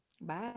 Bye